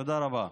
תודה רבה.